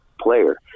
player